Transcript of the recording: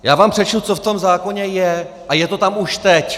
Já vám přečtu, co v tom zákoně je, a je to tam už teď!